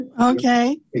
Okay